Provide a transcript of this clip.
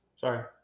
Sorry